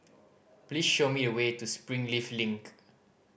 please show me the way to Springleaf Link